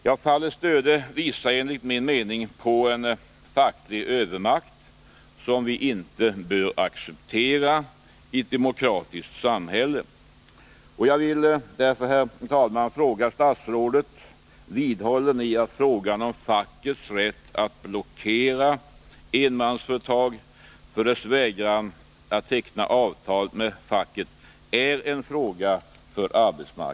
Stödefallet visar enligt min mening att det finns en facklig övermakt som vi inte bör acceptera i ett demokratiskt samhälle. Jag vill därför, herr talman, fråga herr statsrådet: Vidhåller ni att frågan om fackets rätt att blockera Nr 68 enmansföretag för dess vägran att teckna avtal med facket är en fråga för